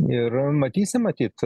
ir matysim matyt